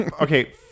okay